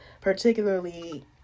particularly